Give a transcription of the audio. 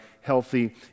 healthy